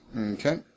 Okay